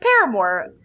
paramore